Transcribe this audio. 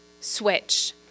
switch